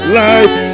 life